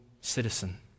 citizen